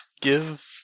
give